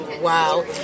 Wow